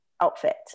outfit